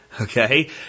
okay